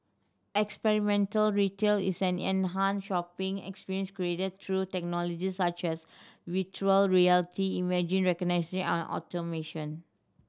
experiential retail is an enhanced shopping experience created through technologies such as virtual reality imaging and automation